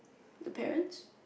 the parents